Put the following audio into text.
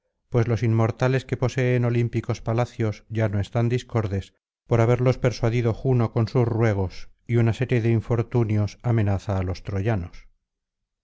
pues los inmortales que poseen olímpicos palacios ya no están discordes por haberlos persuadido juno con sus ruegos y una serie de infortunios amenaza á los troyanos